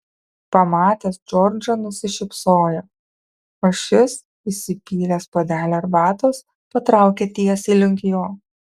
pamatęs džordžą nusišypsojo o šis įsipylęs puodelį arbatos patraukė tiesiai link jo